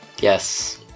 yes